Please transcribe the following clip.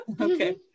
Okay